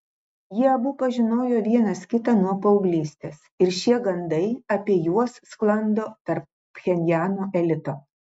jie abu pažinojo vienas kitą nuo paauglystės ir šie gandai apie juos sklando tarp pchenjano elito